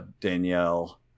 Danielle